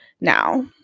now